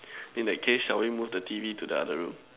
in that case shall we move the T_V to the other room